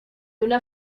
una